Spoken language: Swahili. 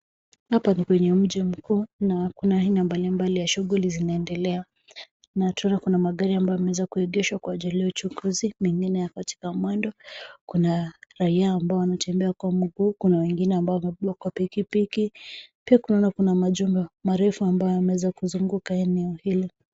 Hapa ni kwenye mji mkuu na kuna aina mbalimbali ya shughuli zinaendelea na tunaona kuna magari ambayo yameweza kuegeshwa kwa ajili ya uchukuzi, mengine yako katika mwendo. Kuna raia ambao wanatembea kwa miguu, kuna wengine ambao wamebebwa kwa pikipiki. Pia tunaona kuna majumba marefu ambayo yameweza kuzunguka eneo hilo.